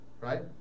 right